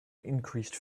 increased